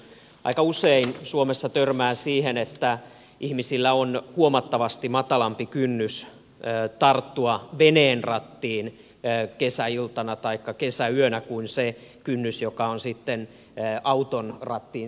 aika usein suomessa törmää siihen että ihmisillä on huomattavasti matalampi kynnys tarttua veneen rattiin kesäiltana taikka kesäyönä kuin siirtyä sitten auton rattiin